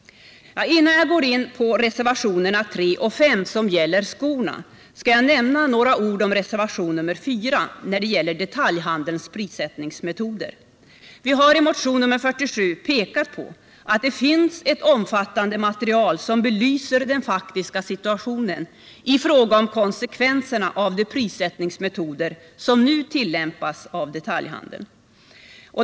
Torsdagen den Innan jag går in på reservationerna 3 och 5, som gäller skorna, skall jag 16 mars 1978 nämna några ord om reservation nr 4, som gäller detaljhandelns prissättningsmetod. Vi har i motion nr 47 pekat på att det finns ett omfattande material som belyser den faktiska situationen i fråga om konsekvenserna av de prissättningsmetoder som nu tillämpas av detaljhandeln.